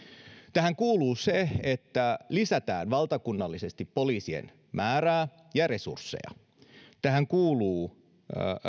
tähän kuuluu se että lisätään valtakunnallisesti poliisien määrää ja resursseja tähän kuuluu